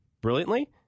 brilliantly